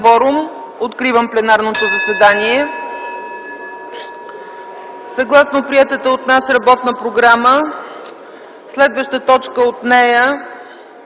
Откривам пленарното заседание. (Звъни.) Съгласно приетата от нас работна програма, следващата точка от нея